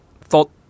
thought